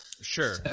sure